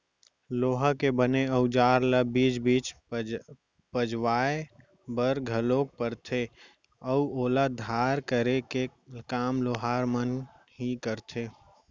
लोहा के बने अउजार ल बीच बीच पजवाय बर घलोक परथे अउ ओला धार करे के काम लोहार मन ही करथे